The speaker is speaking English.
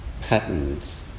patterns